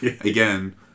again